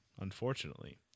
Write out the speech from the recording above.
unfortunately